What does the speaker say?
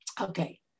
Okay